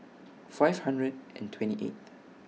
five hundred and twenty eighth